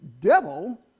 devil